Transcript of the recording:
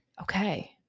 Okay